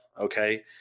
okay